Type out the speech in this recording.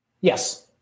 Yes